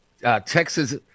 Texas